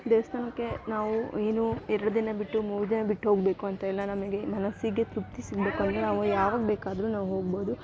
ದೇವಸ್ಥಾನಕ್ಕೆ ನಾವು ಏನು ಎರಡು ದಿನ ಬಿಟ್ಟು ಮೂರು ದಿನ ಬಿಟ್ಟು ಹೋಗಬೇಕು ಅಂತಿಲ್ಲ ನಮಗೆ ಮನಸ್ಸಿಗೆ ತೃಪ್ತಿ ಸಿಗಬೇಕು ಅಂದರೆ ನಾವು ಯಾವಾಗ ಬೇಕಾದರೂ ನಾವು ಹೋಗ್ಬೌದು